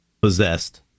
possessed